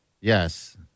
Yes